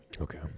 Okay